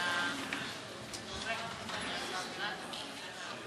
חבר הכנסת אילטוב.